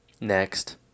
Next